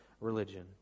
religion